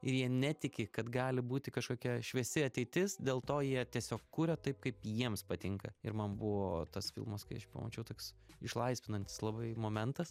ir jie netiki kad gali būti kažkokia šviesi ateitis dėl to jie tiesiog kuria taip kaip jiems patinka ir man buvo tas filmas kai aš jį pamačiau toks išlaisvinantis labai momentas